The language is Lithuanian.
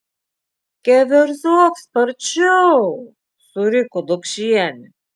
keverzok sparčiau suriko dokšienė